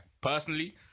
personally